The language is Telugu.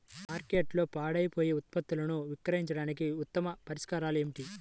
మార్కెట్లో పాడైపోయే ఉత్పత్తులను విక్రయించడానికి ఉత్తమ పరిష్కారాలు ఏమిటి?